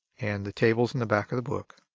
and the tables in the back of the book.